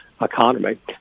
economy